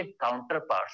counterparts